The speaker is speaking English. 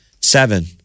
seven